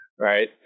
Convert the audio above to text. right